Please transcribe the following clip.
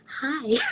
hi